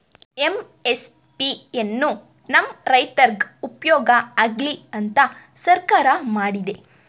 MSP ಎನ್ನು ನಮ್ ರೈತ್ರುಗ್ ಉಪ್ಯೋಗ ಆಗ್ಲಿ ಅಂತ ಸರ್ಕಾರ ಮಾಡಿದೆ